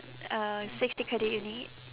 uh sixty credit you need